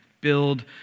build